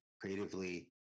creatively